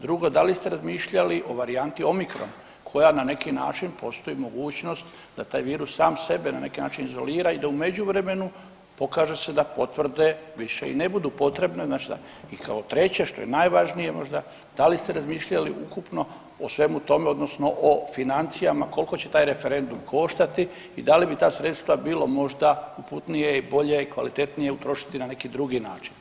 Drugo da li ste razmišljali o varijanti omikrona koja na neki način postoji mogućnost da taj virus sam sebe na neki način izolira i da u međuvremenu pokaže se da potvrde više i ne budu potrebne, znači da, i kao treće što je najvažnije možda da li ste razmišljali ukupno o svemu tome odnosno o financijama koliko će taj referendum koštati i da li bi ta sredstva bilo možda uputnije i bolje i kvalitetnije utrošiti na neki drugi način?